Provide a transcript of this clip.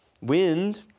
wind